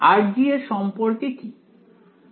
rG এর সম্পর্কে কী